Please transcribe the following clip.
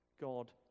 God